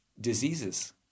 diseases